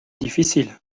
difficile